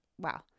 Wow